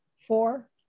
four